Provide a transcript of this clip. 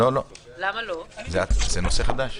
לא לא, זה נושא חדש.